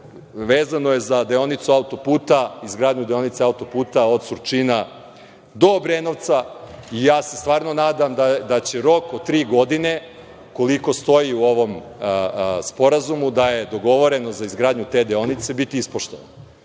autoputa, izgradnju deonice autoputa od Surčina do Obrenovca. Stvarno se nadam da će rok od tri godine koliko stoji u ovom sporazumu da je dogovoreno za izgradnju te deonice biti ispoštovan.